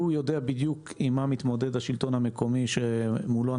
הוא יודע בדיוק עם מה מתמודד השלטון המקומי עימו אנחנו